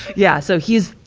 yeah. so he's,